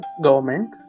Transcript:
government